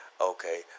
Okay